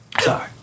Sorry